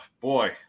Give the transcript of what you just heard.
boy